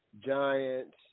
Giants